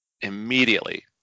immediately